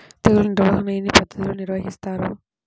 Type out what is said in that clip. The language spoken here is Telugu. తెగులు నిర్వాహణ ఎన్ని పద్ధతుల్లో నిర్వహిస్తారు?